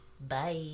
Bye